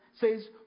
says